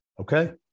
Okay